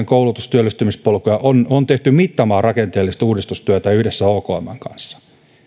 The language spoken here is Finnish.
koulutus ja työllistymispolkuja on on tehty mittavaa rakenteellista uudistustyötä yhdessä okmn kanssa nämä asiat